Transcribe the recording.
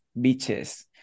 beaches